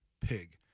pig